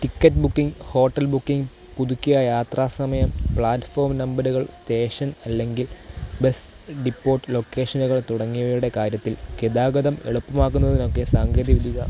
ticket booking hotel booking പുതുക്കിയ യാത്രാസമയം platform നമ്പറുകൾ സ്റ്റേഷൻ അല്ലെങ്കിൽ ബസ് ഡിപ്പോട്ട് ലൊക്കേഷനുകൾ തുടങ്ങിയവയുടെ കാര്യത്തിൽ ഗതാഗതം എളുപ്പമാക്കുന്നതിനൊക്കെ സാങ്കേതികവിദ്യ